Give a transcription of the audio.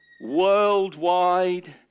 worldwide